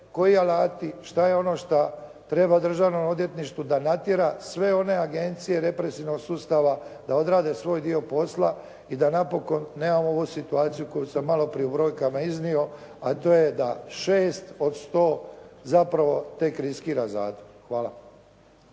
koji alati, što je ono što treba državnom odvjetništvu da natjera sve one agencije represivnog sustava da odrade svoj dio posla i da napokon nemamo ovu situaciju koju sam maloprije u brojkama iznio, a to je da 6 od 100 zapravo tek riskira zatvor. Hvala.